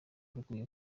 rukwiye